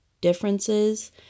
differences